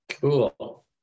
Cool